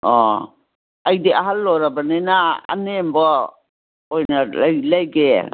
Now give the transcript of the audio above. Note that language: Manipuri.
ꯑꯣ ꯑꯩꯗꯤ ꯑꯍꯜ ꯑꯣꯏꯔꯕꯅꯤꯅ ꯑꯅꯦꯝꯕ ꯑꯣꯏꯅ ꯂꯩꯒꯦ